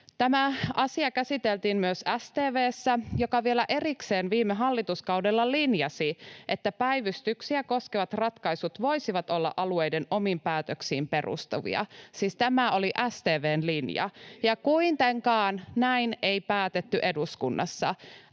Tämä asia käsiteltiin myös StV:ssä, joka vielä erikseen viime hallituskaudella linjasi, että päivystyksiä koskevat ratkaisut voisivat olla alueiden omiin päätöksiin perustuvia — siis tämä oli StV:n linja, [Aki Lindén: Kyllä!] ja kuitenkaan näin ei päätetty eduskunnassa.